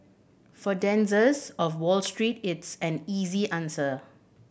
for denizens of Wall Street it's an easy answer